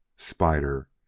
spider!